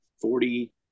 forty